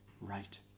right